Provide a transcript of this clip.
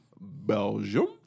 Belgium